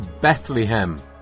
Bethlehem